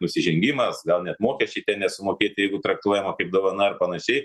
nusižengimas gal net mokesčiai nesumokėti jeigu traktuojama kaip dovana ar panašiai